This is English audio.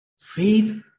Faith